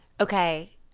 Okay